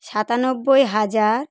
সাতানব্বই হাজার